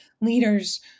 leaders